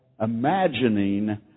imagining